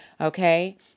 Okay